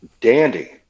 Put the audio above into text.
dandy